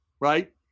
right